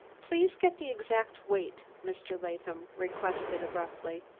please get the exact weight, mr. latham requested abruptly.